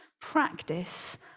Practice